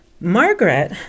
Margaret